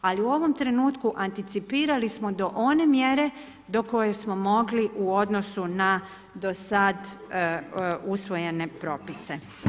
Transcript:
Ali u ovom trenutku anticipirali smo do one mjere do koje smo mogli u odnosu na do sad usvojene propise.